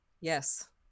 Yes